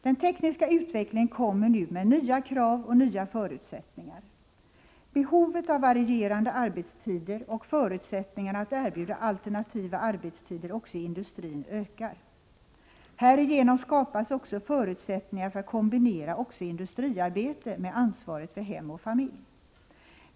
Den tekniska utvecklingen kommer nu med nya krav och nya förutsättningar. Behovet av varierande arbetstider och förutsättningarna att erbjuda alternativa arbetstider också i industrin ökar. Härigenom skapas också förutsättningar för att kombinera även industriarbete med ansvaret för hem och familj.